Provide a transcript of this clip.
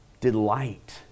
delight